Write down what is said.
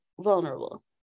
vulnerable